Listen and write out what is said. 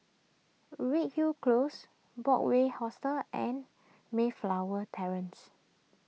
Redhill Close Broadway Hostel and Mayflower Terrace